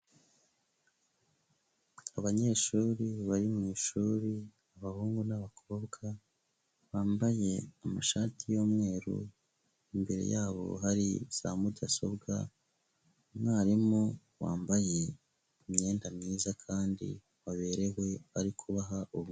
Abanyeshuri bari mu ishuri; abahungu n'abakobwa bambaye amashati y'umweru, imbere yabo hari za mudasobwa, umwarimu wambaye imyenda myiza kandi baberewe, ari kubaha ubu.